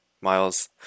miles